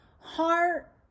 Heart